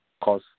cause